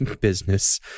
business